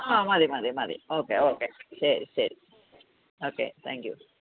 ആ മതി മതി മതി ഓക്കെ ഓക്കെ ശരി ശരി ഓക്കെ താങ്ക് യു